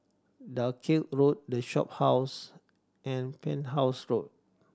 Dalkeith Road The Shophouse and Penhas Road